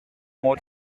more